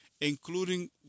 including